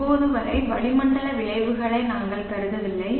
இப்போது வரை வளிமண்டல விளைவுகளை நாங்கள் கருதவில்லை